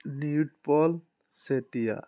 Nilotpal Chetia